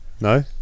No